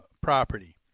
property